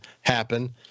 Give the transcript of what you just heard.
happen